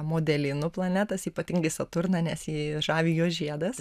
modelinu planetas ypatingai saturną nes jį žavi jo žiedas